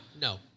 No